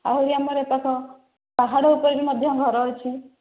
ଆହୁରି ଆମର ଏପାଖ ପାହାଡ଼ ଉପରେ ବି ମଧ୍ୟ ଘର ଅଛି